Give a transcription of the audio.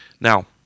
Now